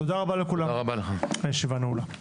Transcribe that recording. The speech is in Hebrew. תודה רבה לכולם, הישיבה נעולה.